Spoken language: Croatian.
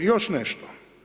I još nešto.